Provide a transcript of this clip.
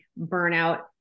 burnout